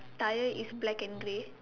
Tyre is black and grey